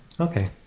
Okay